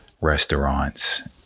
restaurants